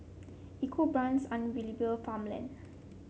EcoBrown's Unilever Farmland